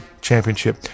championship